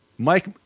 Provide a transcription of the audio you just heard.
Mike